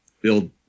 build